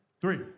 three